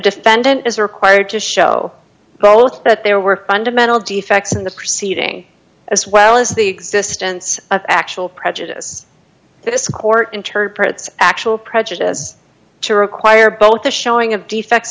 defendant is required to show both that there were fundamental defects in the proceeding as well as the existence of actual prejudice this court interprets actual prejudice to require both a showing of defects